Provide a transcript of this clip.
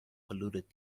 polluted